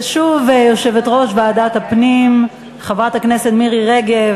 ושוב, יושבת-ראש ועדת הפנים חברת הכנסת מירי רגב.